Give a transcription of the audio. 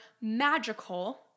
magical